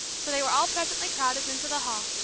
so they were all presently crowded into the hall,